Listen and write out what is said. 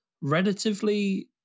relatively